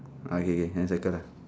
oh K K then circle lah